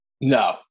No